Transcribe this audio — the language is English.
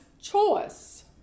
choice